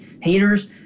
haters